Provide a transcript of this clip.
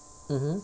mmhmm